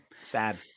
Sad